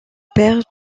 père